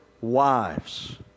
wives